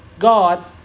God